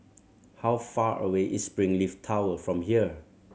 how far away is Springleaf Tower from here